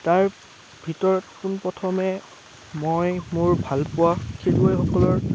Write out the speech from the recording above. তাৰ ভিতৰত পোনপ্ৰথমে মই মোৰ ভালপোৱা খেলুৱৈসকলৰ